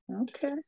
Okay